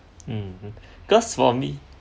mmhmm because for me